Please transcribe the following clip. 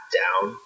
down